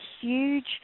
huge